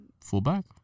fullback